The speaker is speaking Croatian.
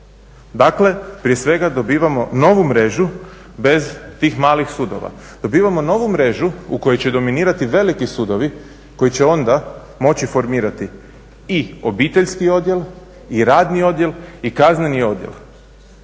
Dakle, prije svega dobivamo novu mrežu bez tih malih sudova. Dobivamo novu mrežu u kojoj će dominirati veliki sudovi koji će onda moći formirati i obiteljski odjel i radni odjel i kazneni odjel.